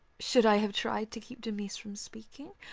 should i have tried to keep damis from speaking,